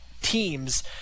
teams